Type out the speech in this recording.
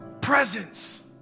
Presence